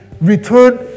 returned